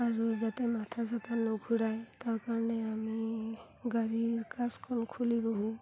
আৰু যাতে মাথা চাথা নুঘূৰাই তাৰ কাৰণে আমি গাড়ীৰ গ্লাছখন খুলি বহোঁ